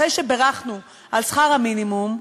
אחרי שבירכנו על שכר המינימום,